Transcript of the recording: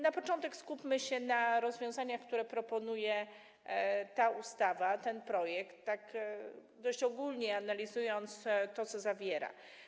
Na początek skupmy się na rozwiązaniach, które proponuje ten projekt ustawy, tak dość ogólnie analizując to, co zawiera.